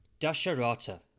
Dasharata